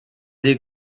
des